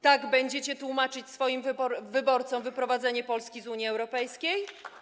Tak będziecie tłumaczyć swoim wyborcom wyprowadzenie Polski z Unii Europejskiej?